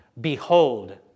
Behold